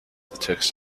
text